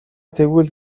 тэгвэл